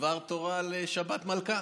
דבר תורה לשבת מלכה.